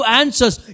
answers